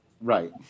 Right